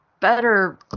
better